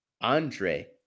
Andre